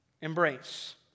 embrace